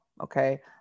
Okay